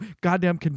goddamn